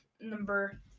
Number